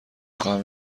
خواهم